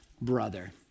brother